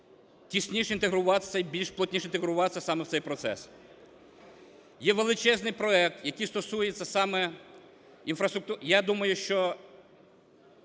тісніше інтегруватися і більш плотніше інтегруватися саме в цей процес. Є величезний проект, який стосується саме інфраструктури.